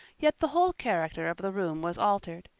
yet the whole character of the room was altered.